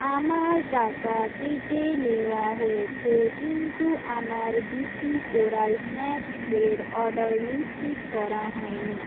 আমার টাকা কেটে নেওয়া হয়েছে কিন্তু আমার ডিপি কোরাল স্ন্যাক ট্রের অর্ডার নিশ্চিত করা হয়নি